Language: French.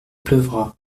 pleuvra